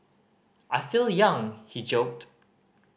I feel young he joked